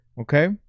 Okay